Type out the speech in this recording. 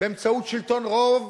באמצעות שלטון רוב